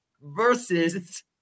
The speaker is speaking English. Versus